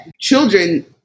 children